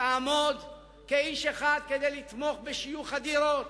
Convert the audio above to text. תעמוד כאיש אחד כדי לתמוך בשיוך הדירות.